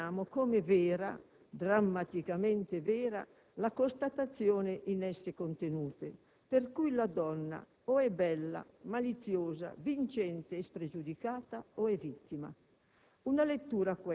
perché cogliamo come drammaticamente vera la constatazione in esse contenute, per cui la donna o è bella, maliziosa, vincente e spregiudicata o è vittima.